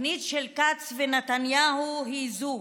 התוכנית של כץ ונתניהו היא זו: